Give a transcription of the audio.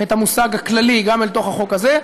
את המושג הכללי גם לתוך החוק הזה,